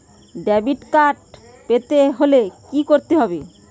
Debit card পেতে হলে কি করতে হবে?